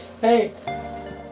Hey